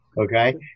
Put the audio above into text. Okay